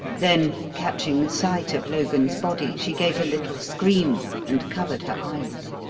then, catching sight of logan's body, she gave a little scream and covered her eyes.